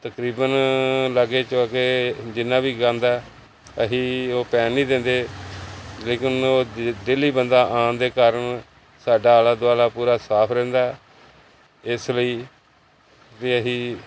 ਤਕਰੀਬਨ ਲਾਗੇ ਚਾਗੇ ਜਿੰਨਾ ਵੀ ਗੰਦ ਹੈ ਅਸੀਂ ਉਹ ਪੈਣ ਨਹੀਂ ਦਿੰਦੇ ਲੇਕਿਨ ਉਹ ਡੇਲੀ ਬੰਦਾ ਆਉਣ ਦੇ ਕਾਰਨ ਸਾਡਾ ਆਲਾ ਦੁਆਲਾ ਪੂਰਾ ਸਾਫ ਰਹਿੰਦਾ ਇਸ ਲਈ ਅਤੇ ਅਸੀਂ